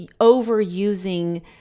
overusing